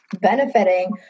benefiting